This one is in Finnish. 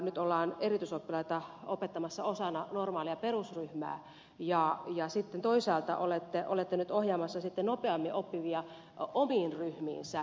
nyt erityisoppilaita ollaan opettamassa osana normaalia perusryhmää ja toisaalta olette ohjaamassa nopeammin oppivia omiin ryhmiinsä